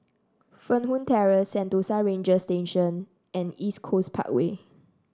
Fernwood Terrace Sentosa Ranger Station and East Coast Parkway